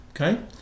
okay